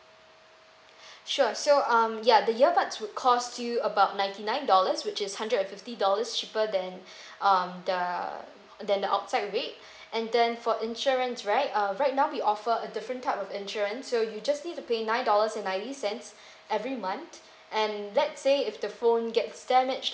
sure so um yea the earbuds would cost you about ninety nine dollars which is hundred and fifty dollars cheaper than mm the than the outside rate and then for insurance right uh right now we offer a different type of insurance so you just need to pay nine dollars and ninety cents every month and let say if the phone gets damaged